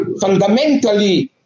fundamentally